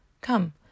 Come